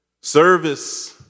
Service